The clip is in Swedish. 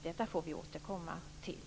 Det får vi återkomma till.